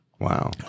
Wow